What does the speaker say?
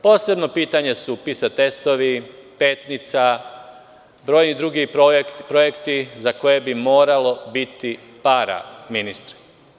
Posebno pitanje su PISA testovi, Petnica, brojni drugi projekti za koje bi moralo biti para, ministre.